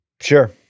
Sure